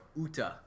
Utah